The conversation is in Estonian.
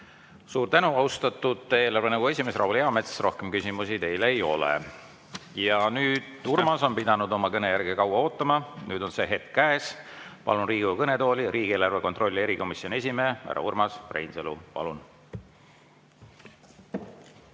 Suur tänu, austatud eelarvenõukogu esimees Raul Eamets! Rohkem küsimusi teile ei ole. Urmas on pidanud oma kõne järge kaua ootama, aga nüüd on see hetk käes. Palun Riigikogu kõnetooli riigieelarve kontrolli erikomisjoni esimehe härra Urmas Reinsalu. Palun!